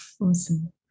Awesome